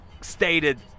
stated